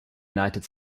united